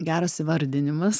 geras įvardinimas